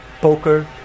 poker